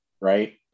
right